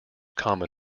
common